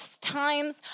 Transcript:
times